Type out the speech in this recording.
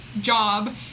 job